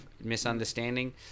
misunderstanding